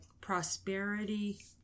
prosperity